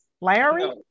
Larry